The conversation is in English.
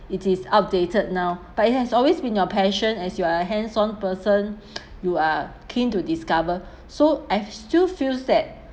it is outdated now but it has always been your passion as you are a handson person you are keen to discover so I've still feel that